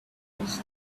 and